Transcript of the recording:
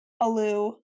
Alu